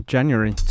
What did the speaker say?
January